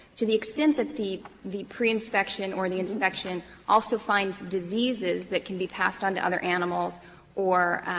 to the extent that the the pre-inspection or the inspection also finds diseases that can be passed on to other animals or,